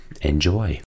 Enjoy